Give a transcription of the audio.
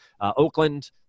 Oakland